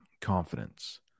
Confidence